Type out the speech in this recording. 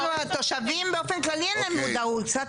אפילו התושבים באופן כללי אין להם מודעות.